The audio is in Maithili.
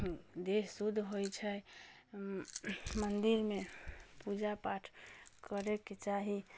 देह शुद्ध होइ छै मन्दिरमे पूजा पाठ करैके चाही